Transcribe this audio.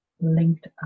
linked